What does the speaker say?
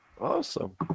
Awesome